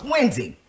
Wendy